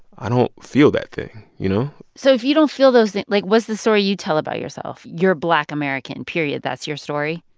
i don't feel that thing, you know? so if you don't feel those things like, what's the story you tell about yourself? you're black american period that's your story?